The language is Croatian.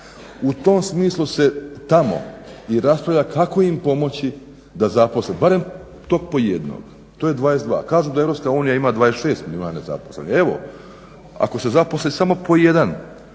U tom smislu se tamo i raspravlja kako im pomoći da zaposle barem tog po jednog, to je 22. Kažu da EU ima 26 milijuna nezaposlenih, evo ako se zaposli samo po jedan